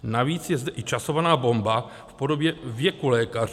Navíc je zde i časovaná bomba v podobě věku lékařů.